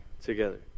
together